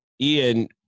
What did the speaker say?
Ian